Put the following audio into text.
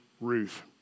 Ruth